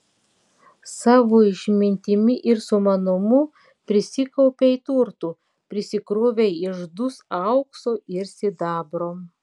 savo išmintimi ir sumanumu prisikaupei turtų prisikrovei iždus aukso ir sidabro